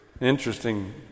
interesting